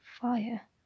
fire